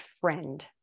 friend